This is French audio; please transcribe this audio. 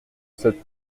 cette